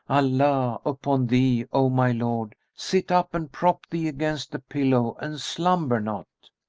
allah upon thee, o my lord, sit up and prop thee against the pillow and slumber not!